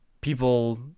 people